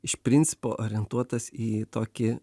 iš principo orientuotas į tokį